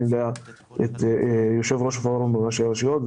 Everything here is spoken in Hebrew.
אליה את יושב ראש פורום ראשי הרשויות,